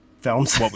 films